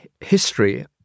history